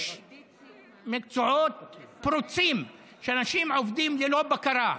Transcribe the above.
יש מקצועות פרוצים שאנשים עובדים בהם ללא בקרה.